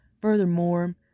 Furthermore